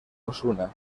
osuna